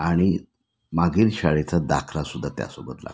आणि मागील शाळेचा दाखलासद्धा त्यासोबत लागतो